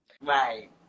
Right